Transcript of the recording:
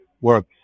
work